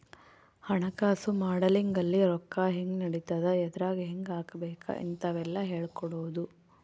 ಹಣಕಾಸು ಮಾಡೆಲಿಂಗ್ ಅಲ್ಲಿ ರೊಕ್ಕ ಹೆಂಗ್ ನಡಿತದ ಎದ್ರಾಗ್ ಹೆಂಗ ಹಾಕಬೇಕ ಇಂತವೆಲ್ಲ ಹೇಳ್ಕೊಡೋದು